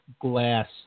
Glass